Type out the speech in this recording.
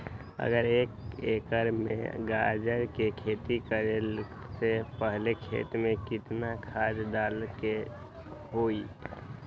अगर एक एकर में गाजर के खेती करे से पहले खेत में केतना खाद्य डाले के होई?